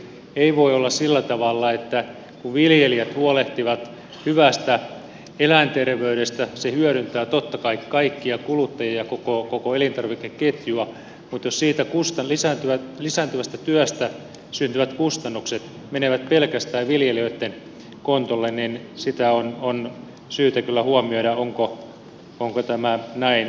ei voi olla sillä tavalla että kun viljelijät huolehtivat hyvästä eläinterveydestä se hyödyntää totta kai kaikkia kuluttajia ja koko elintarvikeketjua mutta jos siitä lisääntyvästä työstä syntyvät kustannukset menevät pelkästään viljelijöitten kontolle niin sitä on syytä kyllä huomioida onko tämä näin oikein